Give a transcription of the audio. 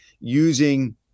using